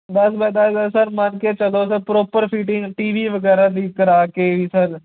ਦਸ ਬਾਏ ਦਸ ਗਜ ਸਰ ਮੰਨ ਕੇ ਚੱਲੋ ਪ੍ਰੋਪਰ ਫਿਟਿੰਗ ਟੀ ਵੀ ਵਗੈਰਾ ਦੀ ਵੀ ਕਰਾ ਕੇ ਵੀ ਸਰ